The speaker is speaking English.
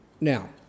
Now